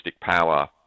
power